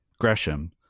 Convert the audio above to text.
Gresham